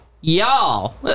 y'all